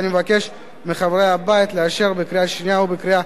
ואני מבקש מחברי הבית לאשר אותה בקריאה שנייה ובקריאה